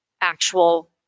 actual